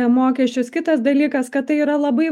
mokesčius kitas dalykas kad tai yra labai